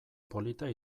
polita